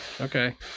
Okay